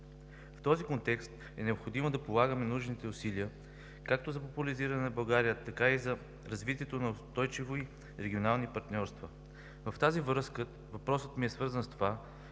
В този контекст е необходимо да полагаме нужните усилия както за популяризиране на България, така и за развитието на устойчиви регионални партньорства. В тази връзка въпросът ми е свързан с това